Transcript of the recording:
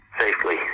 safely